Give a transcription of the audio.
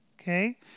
okay